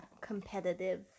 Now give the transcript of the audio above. competitive